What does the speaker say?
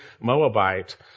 Moabite